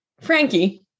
Frankie